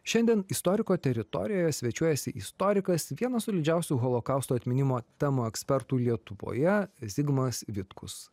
šiandien istoriko teritorijoje svečiuojasi istorikas vienas solidžiausių holokausto atminimo temų ekspertų lietuvoje zigmas vitkus